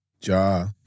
Ja